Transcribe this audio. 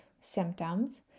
symptoms